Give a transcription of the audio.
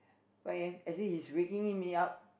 five A_M as if he's waking me up